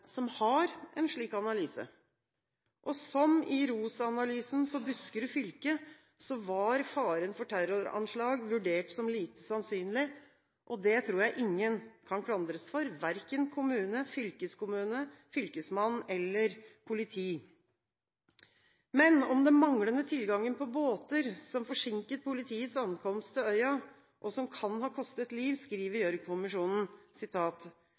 som har en slik analyse. Som i ROS-analysen for Buskerud fylke var faren for terroranslag vurdert som lite sannsynlig. Det tror jeg ingen kan klandres for, verken kommune, fylkeskommune, fylkesmann eller politi. Men om den manglende tilgangen på båter, som forsinket politiets ankomst til øya, og som kan ha kostet liv, skriver